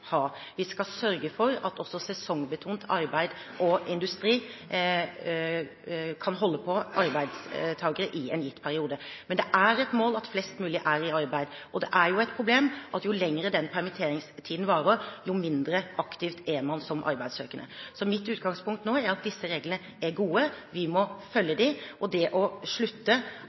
ha. Vi skal sørge for at også sesongbetont arbeid og industri kan holde på arbeidstakere i en gitt periode. Men det er et mål at flest mulig er i arbeid, og det er jo et problem at jo lenger den permitteringstiden varer, jo mindre aktiv er man som arbeidssøkende. Så mitt utgangspunkt nå er at disse reglene er gode. Vi må følge dem. Og det å slutte